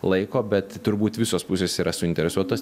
laiko bet turbūt visos pusės yra suinteresuotos